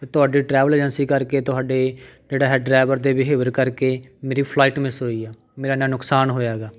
ਤੁਹਾਡੇ travel agency ਕਰਕੇ ਤੁਹਾਡੇ ਜਿਹੜਾ ਹੈ ਡਰਾਈਵਰ ਦੇ ਬਿਹੇਵੀਅਰ ਕਰਕੇ ਮੇਰੀ ਫਲਾਈਟ ਮਿਸ ਹੋਈ ਆ ਮੇਰਾ ਐਨਾ ਨੁਕਸਾਨ ਹੋਇਆ ਹੈਗਾ